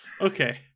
Okay